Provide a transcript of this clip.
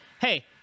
Hey